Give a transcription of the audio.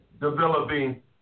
developing